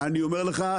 אני אומר לך,